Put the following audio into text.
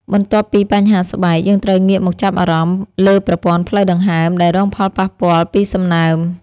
បន្ទាប់ពីបញ្ហាស្បែក យើងត្រូវងាកមកចាប់អារម្មណ៍លើប្រព័ន្ធផ្លូវដង្ហើមដែលរងផលប៉ះពាល់ពីសំណើម។